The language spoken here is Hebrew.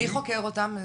מי חוקר אותם?